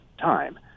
time